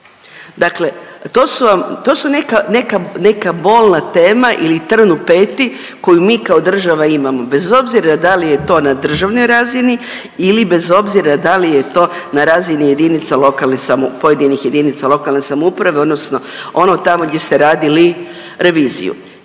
vam, to su neka bolna tema ili trn u peti koji mi kao država imamo bez obzira da li je to na državnoj razini ili bez obzira da li je to na razini jedinica lokalne samo… pojedinih jedinica lokalne samouprave odnosno ono tamo gdje ste radili reviziju.